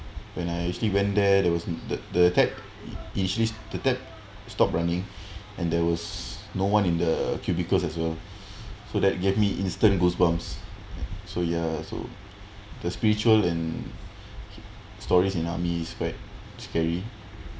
when I actually went there there was the the tap it actually the tap stop running and there was no one in the cubicles as well so that gave me instant goosebumps so ya so the spiritual and stories in army is quite scary